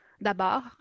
D'abord